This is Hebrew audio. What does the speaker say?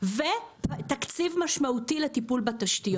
ותקציב משמעותי לטיפול בתשתיות.